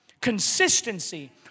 consistency